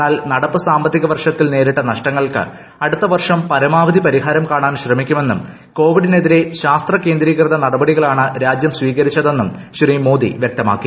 എന്നാൽ നടപ്പ് സാമ്പത്തിക വർഷത്തിൽ നേരിട്ട നഷ്ടങ്ങൾക്ക് അടുത്തവർഷം പരമാവധി പരിഹാരം കാണാൻ ശ്രമിക്കുമെന്നും കോവിഡിനെതിരെ ശാസ്ത്ര കേന്ദ്രീകൃത നടപടികളാണ് രാജ്യം സ്വീകരിച്ചതെന്നും ശ്രീ മോദി വൃക്തമാക്കി